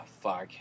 fuck